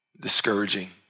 discouraging